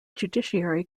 judiciary